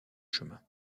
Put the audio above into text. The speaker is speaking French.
chemin